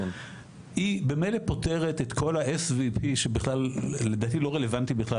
היא במילא פותרת את כל ה-SVP שבכלל לדעתי לא רלוונטית בכלל,